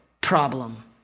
problem